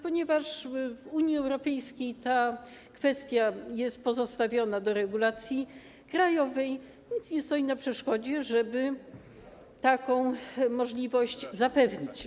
Ponieważ w Unii Europejskiej ta kwestia została pozostawiona do regulacji krajowej, nic nie stoi na przeszkodzie, żeby taką możliwość zapewnić.